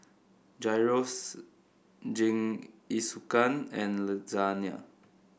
Gyros Jingisukan and Lasagna